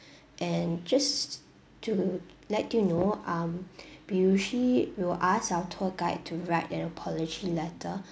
and just to let you know um we usually will ask our tour guide to write an apology letter